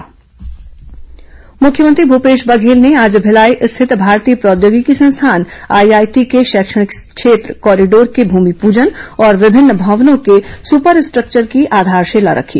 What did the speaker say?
मुख्यमंत्री आईआईटी भूमिप जन मुख्यमंत्री भूपेश बर्घेल ने आज भिलाई स्थित भारतीय प्रौद्योगिकी संस्थान आईआईटी के शैक्षणिक क्षेत्र कॉरीडोर के भूमिपजन और विभिन्न भवनों के सपर स्ट्रेक्वर की आधारशिला रखी